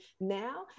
now